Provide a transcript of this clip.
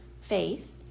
Faith